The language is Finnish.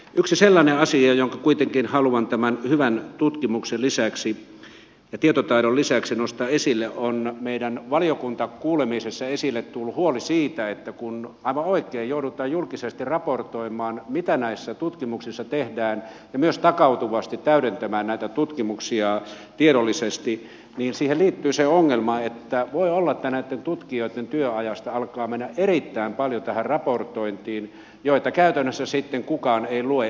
yksi sellainen asia jonka kuitenkin haluan tämän hyvän tutkimuksen lisäksi ja tietotaidon lisäksi nostaa esille on meidän valiokuntakuulemisessa esille tullut huoli siitä että kun aivan oikein joudutaan julkisesti raportoimaan mitä näissä tutkimuksissa tehdään ja myös takautuvasti täydentämään näitä tutkimuksia tiedollisesti niin siihen liittyy se ongelma että voi olla että näitten tutkijoitten työajasta alkaa mennä erittäin paljon tähän raportointiin ja niitä käytännössä sitten kukaan ei lue